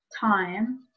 time